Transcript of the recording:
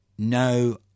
no